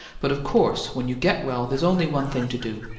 but of course when you get well there's only one thing to do.